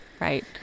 Right